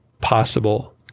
possible